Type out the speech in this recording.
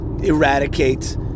Eradicate